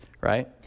right